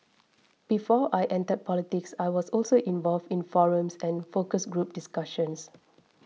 before I entered politics I was also involved in forums and focus group discussions